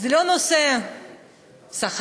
לא נושא שכר,